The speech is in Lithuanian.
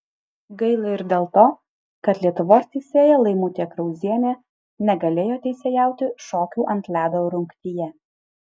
gaila ir dėl to kad lietuvos teisėja laimutė krauzienė negalėjo teisėjauti šokių ant ledo rungtyje